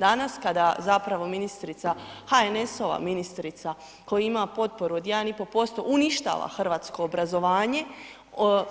Danas, kada zapravo ministrica, HNS-ova ministrica koja ima potporu od 1,5%, uništava hrvatsko obrazovanje,